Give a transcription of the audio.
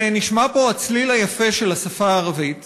ונשמע פה הצליל היפה של השפה הערבית